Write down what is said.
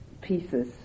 pieces